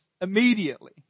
immediately